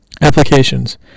applications